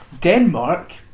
Denmark